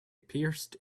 pierced